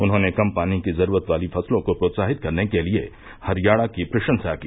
उन्होंने कम पानी की जरूरत वाली फसलों को प्रोत्साहित करने के लिए हरियाणा की प्रशंसा की